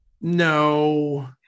No